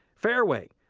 fairway,